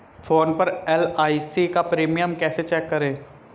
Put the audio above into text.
Phone पर LIC का premium कैसे चेक करें?